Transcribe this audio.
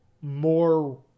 more